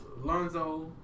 Lonzo